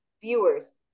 viewers